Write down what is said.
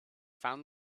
found